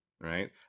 Right